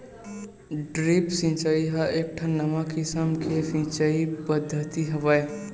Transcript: drip सिचई ह एकठन नवा किसम के सिचई पद्यति हवय